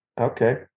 okay